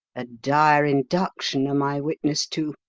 a dire induction am i witness to,